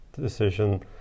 decision